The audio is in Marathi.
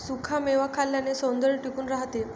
सुखा मेवा खाल्ल्याने सौंदर्य टिकून राहते